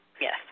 Yes